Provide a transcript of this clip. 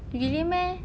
really meh